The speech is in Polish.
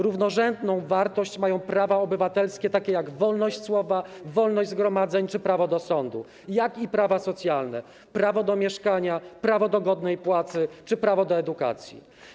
Równorzędną wartość mają prawa obywatelskie, takie jak wolność słowa, wolność zgromadzeń czy prawo do sądu, oraz prawa socjalne, takie jak prawo do mieszkania, prawo do godnej płacy czy prawo do edukacji.